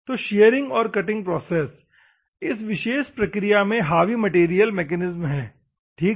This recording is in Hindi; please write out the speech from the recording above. तो शीअरिंग और कटिंग प्रोसेस इस विशेष प्रक्रिया में हावी मैटेरियल मैकेनिज्म है ठीक है